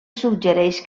suggereix